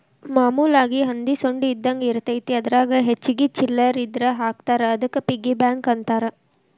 ಮಾಮೂಲಾಗಿ ಹಂದಿ ಸೊಂಡಿ ಇದ್ದಂಗ ಇರತೈತಿ ಅದರಾಗ ಹೆಚ್ಚಿಗಿ ಚಿಲ್ಲರ್ ಇದ್ರ ಹಾಕ್ತಾರಾ ಅದಕ್ಕ ಪಿಗ್ಗಿ ಬ್ಯಾಂಕ್ ಅಂತಾರ